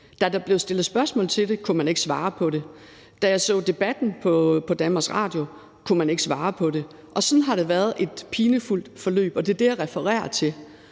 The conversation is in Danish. Da der blev stillet spørgsmål til det, kunne man ikke svare på det. Da jeg så Debatten på Danmarks Radio, kunne man ikke svare på det. Og sådan har det været et pinefuldt forløb, og det er det, jeg refererer til.